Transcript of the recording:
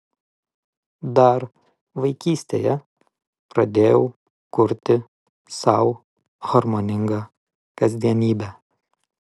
dar vaikystėje pradėjau kurti sau harmoningą kasdienybę